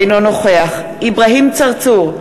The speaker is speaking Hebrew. אינו נוכח אברהים צרצור,